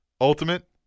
Ultimate